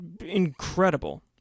Incredible